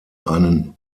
einen